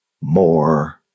More